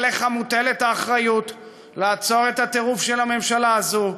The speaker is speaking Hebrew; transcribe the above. עליך מוטלת האחריות לעצור את הטירוף של הממשלה הזאת,